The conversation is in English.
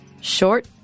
short